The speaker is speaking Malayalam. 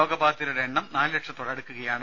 രോഗബാധിതരുടെ എണ്ണം നാല് ലക്ഷത്തോട് അടുക്കുകയാണ്